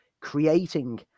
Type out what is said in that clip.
creating